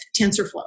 TensorFlow